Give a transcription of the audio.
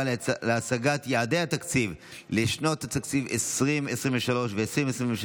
ליישום המדיניות הכלכלית לשנות התקציב 2023 ו-2024),